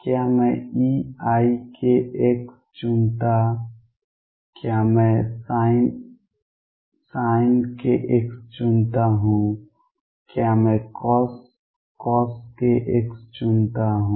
क्या मैं eikx चुनता क्या मैं sin kx चुनता हूं क्या मैं cos kx चुनता हूं